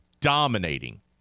dominating